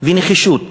ונחישות